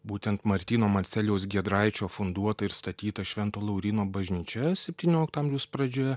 būtent martyno marcelijaus giedraičio funduota ir statyta švento lauryno bažnyčia septyniolikto amžiaus pradžioje